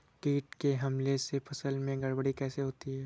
कीट के हमले से फसल में गड़बड़ी कैसे होती है?